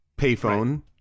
payphone